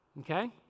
Okay